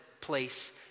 place